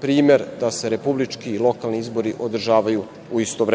primer da se republički i lokalni izbori održavaju u isto